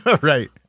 Right